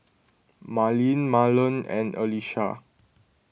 Marlene Marland and Alysha